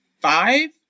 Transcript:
five